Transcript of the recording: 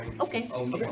Okay